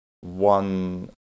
One